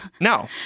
no